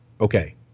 okay